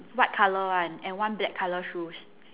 white color [one] and one black color shoes